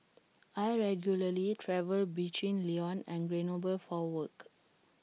I regularly travel between Lyon and Grenoble for work